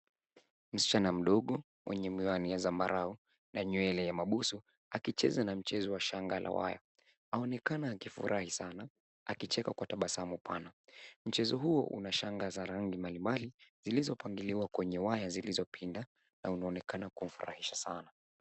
Msichana mdogo mwenye miwani ya zambarau na nywele ya mabuso akicheza na mchezo wa shanga wa waya. Aonekana akifurahi sana akicheka kwa tabasamu pana. Mchezo huo una shanga za rangi mbalimbali zilizopangiliwa kwenye waya zilizopinda na unaonekana kumfurahisha sana.